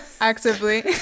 actively